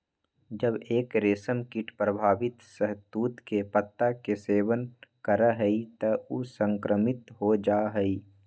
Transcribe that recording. जब एक रेशमकीट प्रभावित शहतूत के पत्ता के सेवन करा हई त ऊ संक्रमित हो जा हई